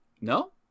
No